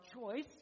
choice